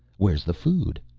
where's the food?